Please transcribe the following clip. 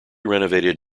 renovated